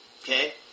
Okay